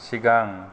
सिगां